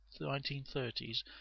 1930s